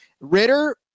Ritter